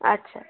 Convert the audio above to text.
আচ্ছা